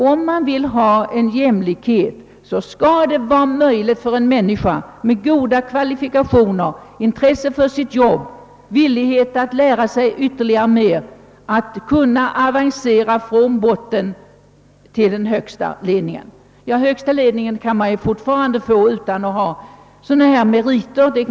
Om man vill skapa jämlikhet, måste det bli möjligt för en människa med goda kvalifikationer, intresse för sitt arbete och vilja att lära sig mera, att avancera från botten till den högsta ledningen. Högsta ledningen kan man förstås fortfarande nå utan att ha sådana meriter.